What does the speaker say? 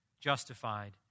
justified